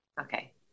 Okay